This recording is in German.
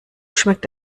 schmeckt